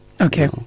Okay